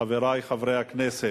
חברי חברי הכנסת,